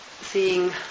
seeing